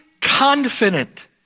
confident